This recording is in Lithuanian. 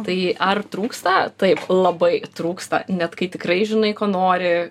tai ar trūksta taip labai trūksta net kai tikrai žinai ko nori